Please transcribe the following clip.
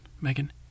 Megan